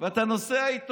ואתה נוסע איתו.